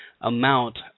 amount